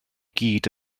gyd